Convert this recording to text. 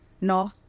no